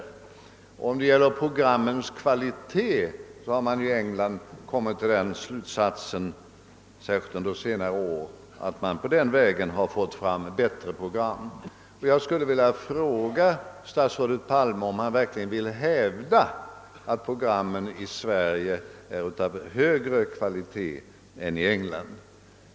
I England har man särskilt under senare år kommit till den slutsatsen att programmen den vägen blivit bättre. Jag skulle vilja fråga statsrådet Palme, om han verkligen vill hävda att programmen i Sverige är av högre kvalitet än i England.